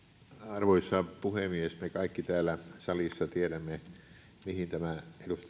arvoisa puhemies me kaikki täällä salissa tiedämme mihin tämä edustaja henrikssonin aloite on